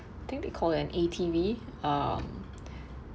think they call an A_T_V um